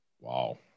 wow